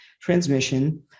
transmission